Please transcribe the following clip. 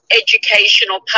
Educational